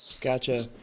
Gotcha